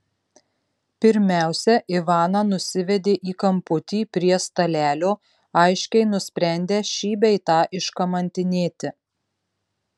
pirmiausia ivaną nusivedė į kamputį prie stalelio aiškiai nusprendę šį bei tą iškamantinėti